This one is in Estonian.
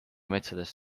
metsades